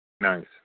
Nice